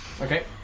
Okay